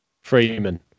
Freeman